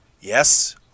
Yes